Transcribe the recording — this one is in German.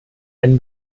ein